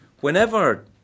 whenever